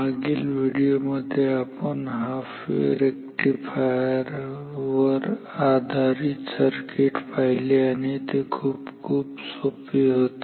मागील व्हिडिओ मध्ये आपण हाफ वेव्ह रेक्टिफायर आधारित सर्किट पाहिले आणि ते खूप खूप सोपे होते